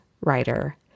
writer